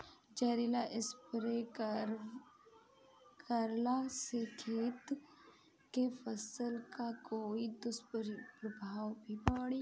जहरीला स्प्रे करला से खेत के फसल पर कोई दुष्प्रभाव भी पड़ी?